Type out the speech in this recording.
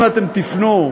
אם אתם תפנו,